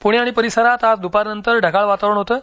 पुणे आणि परिसरात आज दुपारनंतर ढगाळ वातावरण होतं